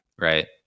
right